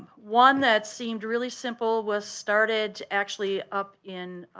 one that seemed really simple was started actually up in